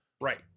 right